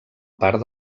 part